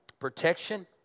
protection